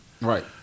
Right